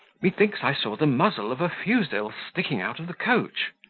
methinks i saw the muzzle of a fusil sticking out of the coach.